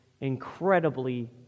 incredibly